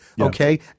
okay